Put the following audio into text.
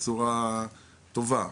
בצורה טובה,